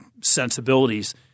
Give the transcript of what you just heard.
sensibilities